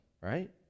Right